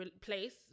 place